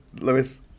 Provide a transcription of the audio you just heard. Lewis